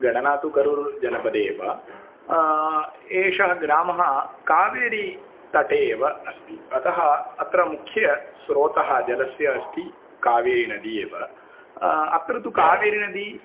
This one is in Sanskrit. गणना तु करूर् जनपदे एव एषः ग्रामः कावेरितटे एव अस्ति अतः अत्र मुख्यः स्रोतः जलस्य अस्ति कावेरि नदी एव अत्र तु कावेरी नदी